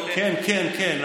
כן, כן, כן.